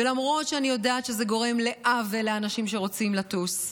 ולמרות שאני יודעת שזה גורם עוול לאנשים שרוצים לטוס,